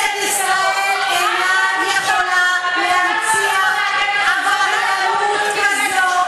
כנסת ישראל אינה יכולה להנציח עבריינות כזאת.